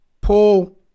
Paul